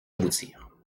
aboutir